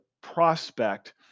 prospect